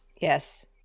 yes